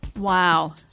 Wow